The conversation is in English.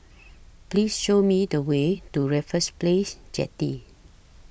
Please Show Me The Way to Raffles Place Jetty